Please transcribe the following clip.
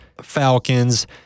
Falcons